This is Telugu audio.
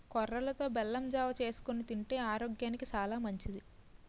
కొర్రలతో బెల్లం జావ చేసుకొని తింతే ఆరోగ్యానికి సాలా మంచిది